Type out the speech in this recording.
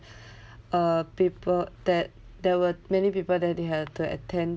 uh people that there were many people that they had to attend